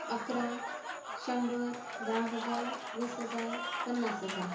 अकरा शंभर दहा हजार वीस हजार पन्नास हजार